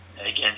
Again